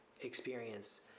experience